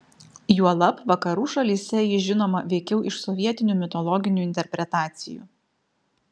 juolab vakarų šalyse ji žinoma veikiau iš sovietinių mitologinių interpretacijų